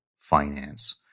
finance